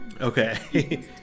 Okay